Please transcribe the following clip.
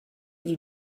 you